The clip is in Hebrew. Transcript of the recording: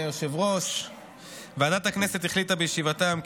11 מתנגדים.